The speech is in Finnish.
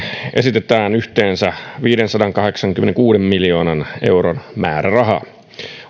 esitetään yhteensä viidensadankahdeksankymmenenkuuden miljoonan euron määrärahaa